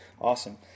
Awesome